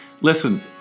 Listen